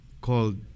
called